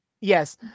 Yes